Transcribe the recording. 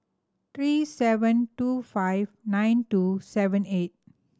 three seven two five nine two seven eight